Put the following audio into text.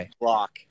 block